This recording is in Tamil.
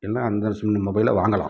எல்லாம் அந்த மொபைலை வாங்கலாம்